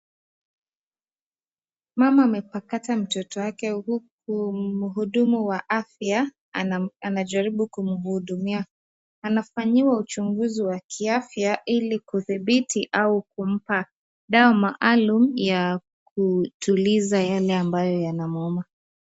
Mama amepakata mtoto wake huku mhudumu wa afya anajaribu kumhudumia. Anafanyiwa uchunguzi wa kiafya ili kudhibiti au kumpa dawa maalum ya kutuliza yale ambayo yanamuuma.